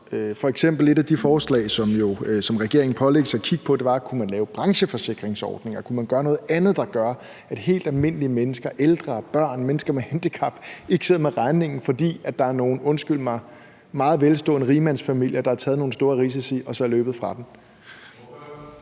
er kommet, og hvor regeringen pålægges at kigge på, om man kunne lave forsikringsordninger, om man kunne gøre noget andet, der gør, at helt almindelige mennesker som ældre, børn og mennesker med handicap ikke sidder med regningen, fordi der er nogle, undskyld mig, meget velstående rigmandsfamilier, der har taget nogle store risici, og som så er løbet fra